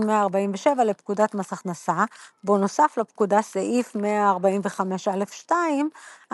147 לפקודת מס הכנסה בו נוסף לפקודה סעיף 145א2 כ המתאר